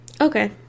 Okay